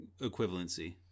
equivalency